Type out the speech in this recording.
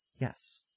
yes